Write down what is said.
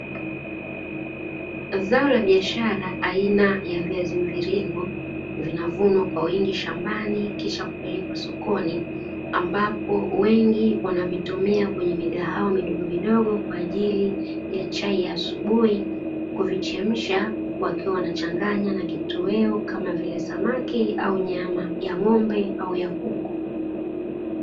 Zao la biashara aina ya viazi mviringo, vinavunwa kwa wingi shambani kisha kupelekwa sokoni. Ambapo wengi wanavitumia kwenye migahawa midogomidogo kwa ajili ya chai ya asubuhi, kuvichemsha huku wakiwa wanachanganya na kitoweo kama vile: samaki au nyama ya ng'ombe au ya kuku.